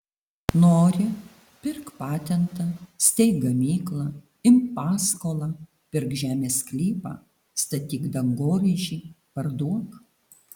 nori pirk patentą steik gamyklą imk paskolą pirk žemės sklypą statyk dangoraižį parduok